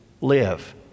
live